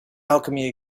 alchemy